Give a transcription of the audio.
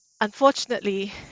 Unfortunately